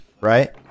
right